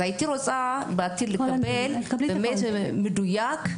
הייתי רוצה לקבל באמת מדויק.